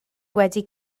wedi